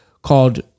called